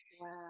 Wow